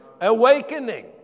Awakening